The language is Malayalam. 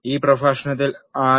ഈ പ്രഭാഷണത്തിൽ ആർ